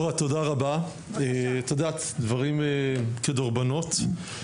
אורה תודה רבה, דברים כדורבנות.